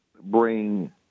bring